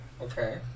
Okay